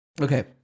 Okay